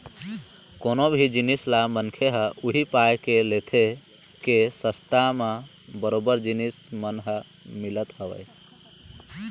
कोनो भी जिनिस ल मनखे ह उही पाय के लेथे के सस्ता म बरोबर जिनिस मन ह मिलत हवय